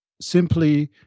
simply